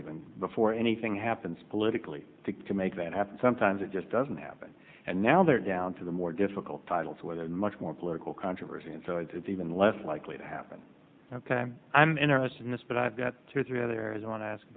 even before anything happens politically that can make that happen sometimes it just doesn't happen and now they're down to the more difficult titles where they're much more political controversy and so it's even less likely to happen i'm interested in this but i've got two or three others i want to ask